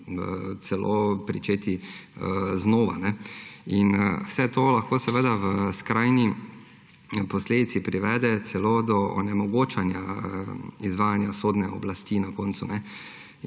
celo pričeti znova. Vse to lahko seveda v skrajni posledici privede celo do onemogočanja izvajanja sodne oblasti na koncu.